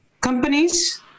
companies